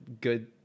good